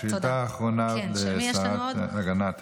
שאילתה אחרונה לשרה להגנת הסביבה,